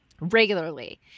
regularly